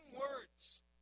words